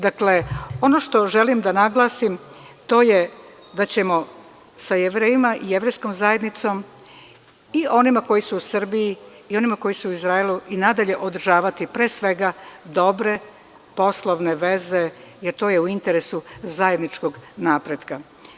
Dakle, ono što želim da naglasim, to je da ćemo sa Jevrejima, Jevrejskom zajednicom i onima koji su u Srbiji i onima koji su u Izraelu i nadalje, održavati pre svega dobre poslovne veze, jer to je u interesu zajedničkog napretka.